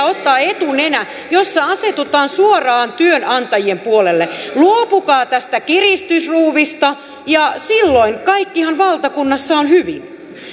ottaa etunenä jossa asetutaan suoraan työnantajien puolelle luopukaa tästä kiristysruuvista ja silloinhan kaikki valtakunnassa on hyvin